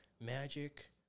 Magic